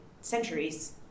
centuries